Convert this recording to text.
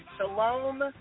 Shalom